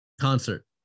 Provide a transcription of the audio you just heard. concert